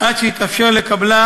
עד שיתאפשר לקבלה,